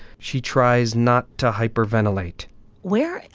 she tries not to hyperventilate where?